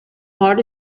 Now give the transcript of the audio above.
hard